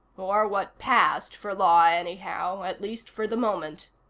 or what passed for law, anyhow, at least for the moment.